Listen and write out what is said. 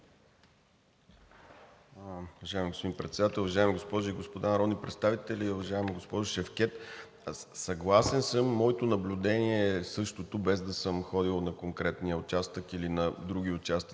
Уважаеми господин Председател, уважаеми госпожи и господа народни представители! Уважаема госпожо Шевкед, съгласен съм. Моето наблюдение е същото, без да съм ходил на конкретния участък или на други участъци